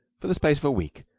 for the space of a week,